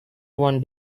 one